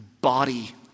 body